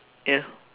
ya